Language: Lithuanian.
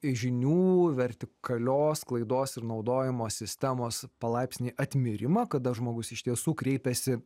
žinių vertikalios sklaidos ir naudojamos sistemos palaipsnį atmirimą kada žmogus iš tiesų kreipiasi